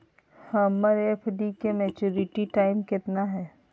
हमर एफ.डी के maturity time कितना है?